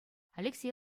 алексей